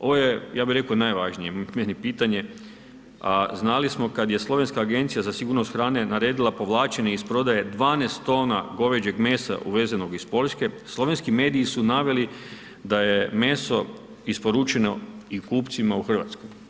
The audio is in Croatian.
Ovo je ja bi rekao najvažnije pitanje, a znali smo kada je slovenska agencija za sigurnost hrane, naredila povlačenje iz prodaje 12 tona goveđeg mesa uvezenog iz Poljske, slovenski mediji su naveli, da je meso isporučeno i kupcima u Hrvatskoj.